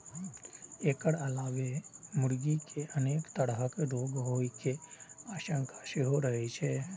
एकर अलावे मुर्गी कें अनेक तरहक रोग होइ के आशंका सेहो रहै छै